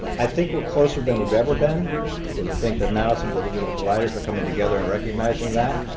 i think we're closer than we've ever been because i think that now some of the digital providers are coming together and recognizing that.